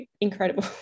incredible